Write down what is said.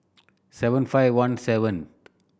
seven five one seventh